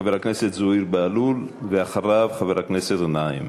חבר הכנסת זוהיר בהלול, ואחריו, חבר הכנסת גנאים.